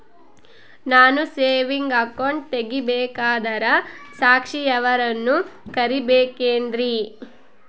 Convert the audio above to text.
ನಾನು saving account ತೆಗಿಬೇಕಂದರ ಸಾಕ್ಷಿಯವರನ್ನು ಕರಿಬೇಕಿನ್ರಿ?